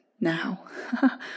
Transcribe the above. now